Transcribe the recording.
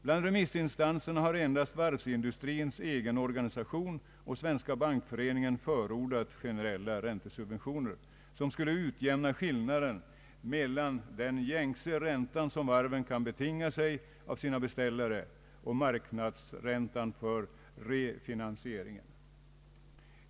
Bland remissinstanserna har endast varvsindustrins egen organisation och Svenska bankföreningen förordat generella räntesubventioner, som skulle utjämna skillnaden mellan den gängse ränta som varven kan betinga sig av sina beställare och marknadsräntan för refinansieringen.